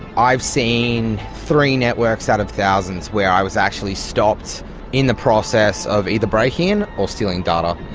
i've seen three networks out of thousands where i was actually stopped in the process of either breaking in or stealing data.